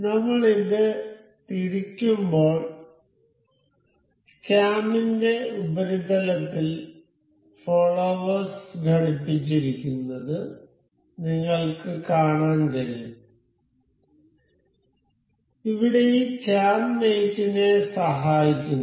നമ്മൾ ഇത് തിരിക്കുമ്പോൾ ക്യാമിന്റെ ഉപരിതലത്തിൽ ഫോള്ളോവെർസ് ഘടിപ്പിച്ചിരിക്കുന്നത് നിങ്ങൾക്ക് കാണാൻ കഴിയും ഇവിടെ ഈ ക്യാം മേറ്റ് നെ സഹായിക്കുന്നു